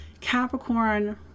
Capricorn